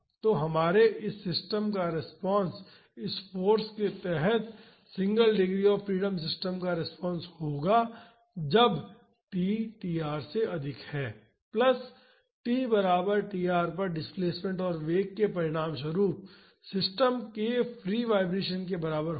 तो हमारे इस सिस्टम का रिस्पांस इस फाॅर्स के तहत single degree of freedom system का रिस्पांस होगा जब t tr से अधिक है प्लस t बराबर tr पर डिस्प्लेसमेंट और वेग के परिणामस्वरूप सिस्टम के फ्री वाईब्रेशन के बराबर होगा